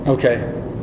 Okay